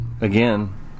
again